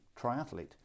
triathlete